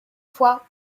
fois